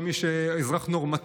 לכל מי שהוא אזרח נורמטיבי,